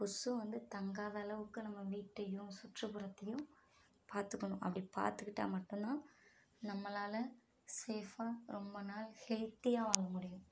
கொசு வந்து தங்காத அளவுக்கு நம்ம வீட்டையும் சுற்றுப்புறத்தையும் பார்த்துக்கணும் அப்படி பார்த்துக்கிட்டா மட்டும் தான் நம்மளால் சேஃபாக ரொம்ப நாள் ஹெல்த்தியாக வாழ முடியும்